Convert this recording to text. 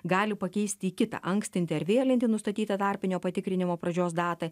gali pakeisti į kitą ankstinti ar vėlinti į nustatytą tarpinio patikrinimo pradžios datą